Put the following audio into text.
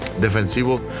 defensivo